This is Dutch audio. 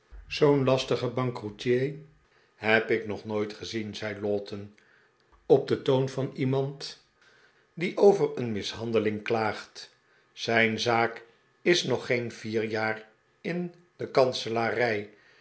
zoo'n lastigen bankroetier heb ik nog nooit gezien zei lowten op den toon van iemand die over een mishandeling klaagt zijn zaak is nog gee'n vier jaar in de kanselarij